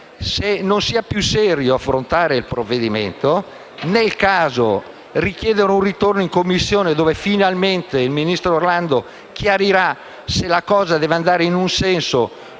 se non sia più serio affrontare il provvedimento; nel caso, richiedere un ritorno in Commissione dove finalmente il ministro Orlando chiarirà se la questione debba andare in un senso